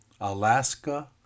Alaska